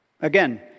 Again